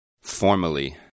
Formally